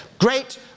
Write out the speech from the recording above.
Great